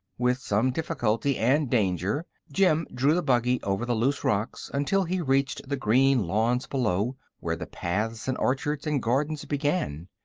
with some difficulty and danger jim drew the buggy over the loose rocks until he reached the green lawns below, where the paths and orchards and gardens began.